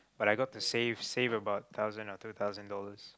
but I got to save save about thousand or two thousand dollars